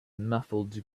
muffled